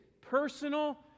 personal